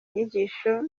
nyigisho